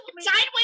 Sideways